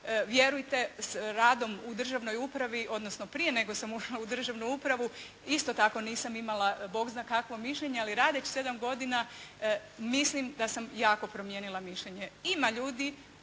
vjerujte s radom u državnoj upravi, odnosno prije nego sam ušla u državnu upravu isto tako nisam imala Bog zna kakvo mišljenje, ali radeći sedam godina mislim da sam jako promijenila mišljenje. Ima ljudi